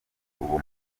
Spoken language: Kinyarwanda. uwo